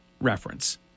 reference